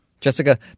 Jessica